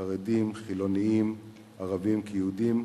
חרדים, חילונים, ערבים כיהודים,